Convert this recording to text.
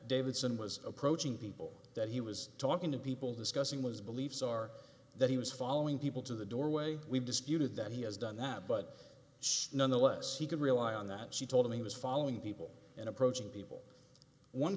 davidson was approaching people that he was talking to people discussing was beliefs or that he was following people to the doorway we've disputed that he has done that but still nonetheless he could rely on that she told him he was following people in approaching people one